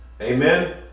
Amen